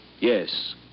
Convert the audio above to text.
Yes